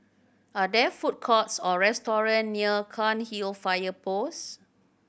are there food courts or restaurant near Cairnhill Fire Post